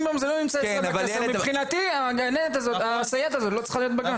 30 ימים, מבחינתי הסייעת הזאת לא צריכה להיות בגן.